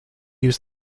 use